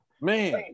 man